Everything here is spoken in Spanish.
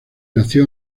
nació